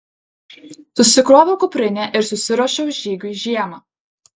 susikroviau kuprinę ir susiruošiau žygiui žiemą